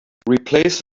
replace